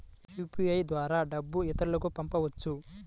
UPI ద్వారా డబ్బు ఇతరులకు పంపవచ్చ?